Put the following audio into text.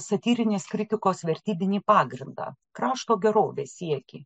satyrinės kritikos vertybinį pagrindą krašto gerovės siekį